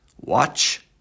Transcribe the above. watch